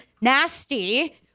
nasty